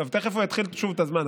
תכף הוא יתחיל שוב את הזמן.